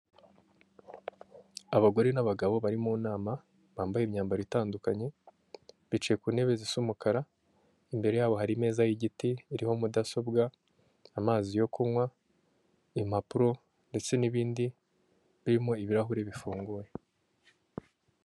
Abagore n'abagabo bari mu nama bambaye imyambaro itandukanye bicaye ku ntebe zisa umukara, imbere yabo hari imeza y'giti iriho mudasobwa, amazi yo kunywa, impapuro ndetse n'ibindi birimo ibirahuri bifunguye.